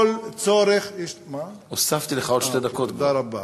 כל צורך, תודה רבה.